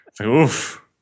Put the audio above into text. Oof